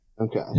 Okay